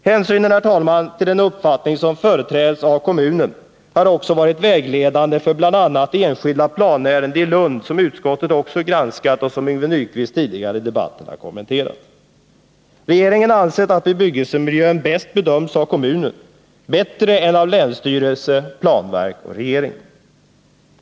Hänsynen till den uppfattning som företräds av kommunen har också varit vägledande för bl.a. det enskilda planärende i Lund som utskottet också granskat och som Yngve Nyquist tidigare i debatten kommenterat. Regeringen har ansett att bebyggelsemiljön bäst bedöms av kommunen, bättre än av länsstyrelse, planverk och regering.